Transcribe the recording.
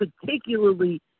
particularly